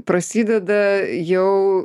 prasideda jau